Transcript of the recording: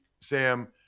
Sam